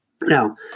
Now